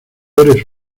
eres